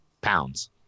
pounds